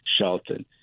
Shelton